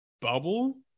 bubble